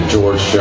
George